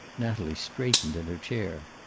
natalie straightened in her chair.